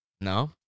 No